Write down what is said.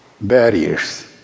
barriers